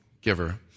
giver